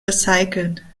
recyceln